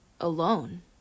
alone